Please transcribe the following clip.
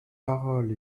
parole